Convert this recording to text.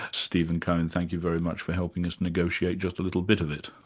steven cohen, thank you very much for helping us negotiate just a little bit of it.